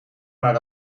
maar